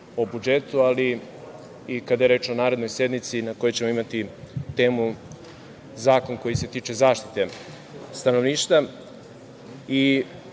o budžetu, ali i kada je reč o narednoj sednici na kojoj ćemo imati temu zakon koji se tiče zaštite stanovništva. Veoma